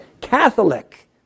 Catholic